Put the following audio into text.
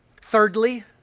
Thirdly